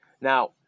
Now